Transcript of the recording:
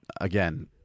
again